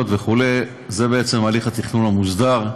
וכו' זה בעצם הליך התכנון המוסדר,